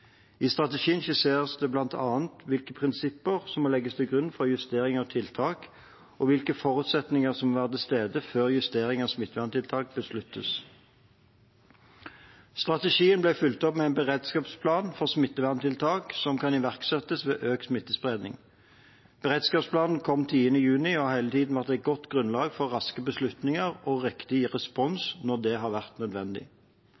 I strategien skisseres det bl.a. hvilke prinsipper som må legges til grunn for justering av tiltak, og hvilke forutsetninger som må være til stede før justering av smitteverntiltak besluttes. Strategien ble fulgt opp med en beredskapsplan for smitteverntiltak som kan iverksettes ved økt smittespredning. Beredskapsplanen kom 10. juni og har hele tiden vært et godt grunnlag for raske beslutninger og riktig